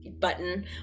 button